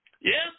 Yes